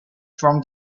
from